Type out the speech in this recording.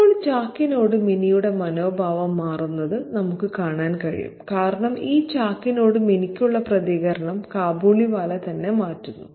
ഇപ്പോൾ ചാക്കിനോട് മിനിയുടെ മനോഭാവം മാറുന്നത് നമുക്ക് കാണാൻ കഴിയും കാരണം ഈ ചാക്കിനോട് മിനിക്കുള്ള പ്രതികരണം കാബൂളിവാല തന്നെ മാറ്റുന്നു